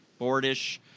boardish